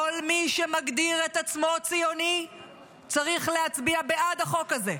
כל מי שמגדיר את עצמו ציוני צריך להצביע בעד החוק הזה.